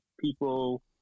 People